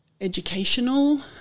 educational